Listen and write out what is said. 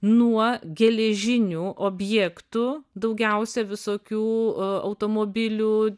nuo geležinių objektų daugiausia visokių automobilių